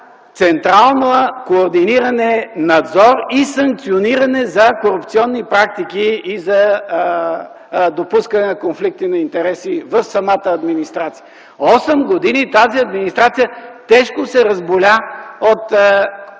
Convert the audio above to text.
централно координиране, надзор и санкциониране за корупционни практики и за допускане на конфликта на интереси в самата администрация. Осем години тази администрация тежко се разболя от